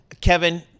Kevin